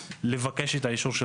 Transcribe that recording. לבקש את האישור של